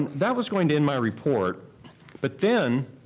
and that was going to end my report but then,